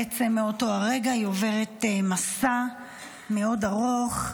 בעצם מאותו הרגע היא עוברת מסע מאוד ארוך,